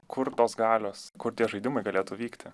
kur tos galios kur tie žaidimai galėtų vykti